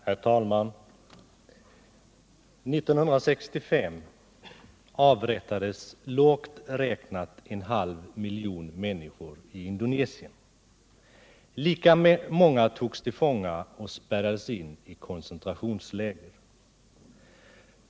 Herr talman! 1965 avrättades — lågt räknat — en halv miljon människor i Indonesien. Lika många togs till fånga och spärrades in i koncentrationsläger.